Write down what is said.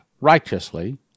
righteously